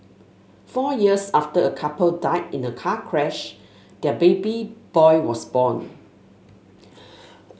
four years after a couple died in a car crash their baby boy was born